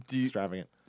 extravagant